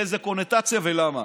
באיזו קונוטציה ולמה.